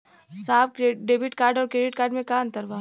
साहब debit card और credit card में का अंतर बा?